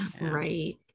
Right